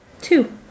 two